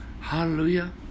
Hallelujah